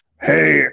Hey